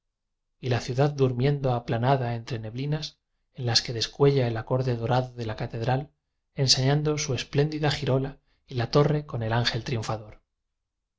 y la ciudad durmiendo aplanada entre ne blinas en las que descuella el acorde dora do de la catedral enseñando su espléndida giróla y la torre con el ángel triunfador